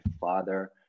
father